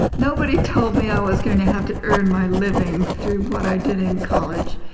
nobody told me i was going to have to earn my living through what i did in college.